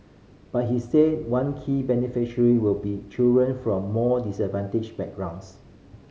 but he said one key beneficiary will be children from more disadvantaged backgrounds